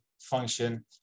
function